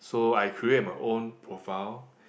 so I create my own profile